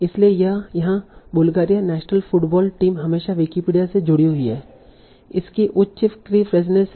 इसलिए यहाँ Bulgaria national football team हमेशा विकिपीडिया से जुड़ी हुई है इसकी उच्च कीफ्रेजनेस है